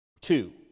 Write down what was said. Two